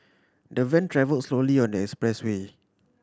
the van travelled slowly on the expressway